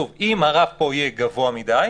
אם הרף פה יהיה גבוה מדי,